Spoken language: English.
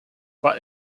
but